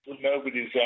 nobody's